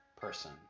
person